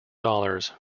dollars